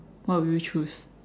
what will you choose